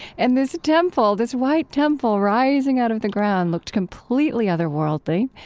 and this temple, this white temple rising out of the ground looked completely otherworldly.